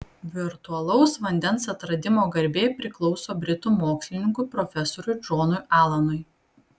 virtualaus vandens atradimo garbė priklauso britų mokslininkui profesoriui džonui alanui